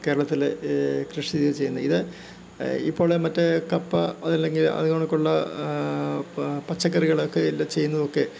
കേരളത്തില് കൃഷി ചെയ്യുന്നത് ഇത് ഇപ്പോള് മറ്റേ കപ്പ അതല്ലെങ്കി അത് കണക്കുള്ള ഇപ്പോള് പച്ചക്കറികള് ഒക്കെ ചെയ്യുന്നതൊക്കെ